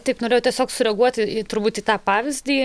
taip norėjau tiesiog sureaguoti į turbūt į tą pavyzdį